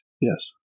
yes